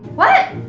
what?